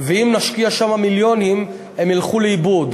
ואם נשקיע שם מיליונים הם ילכו לאיבוד.